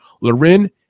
Lorin